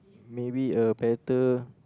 maybe a better